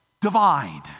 divine